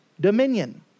dominion